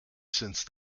since